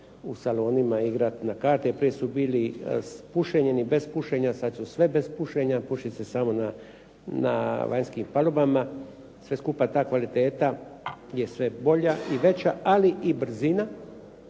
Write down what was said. u salonima igrat na karte. Prije su bili s pušenjem i bez pušenja, sad su sve bez pušenja, puši se samo na vanjskim palubama. Sve skupa, ta kvaliteta je sve bolja i veća, ali i brzina